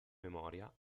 memoria